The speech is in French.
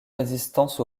résistance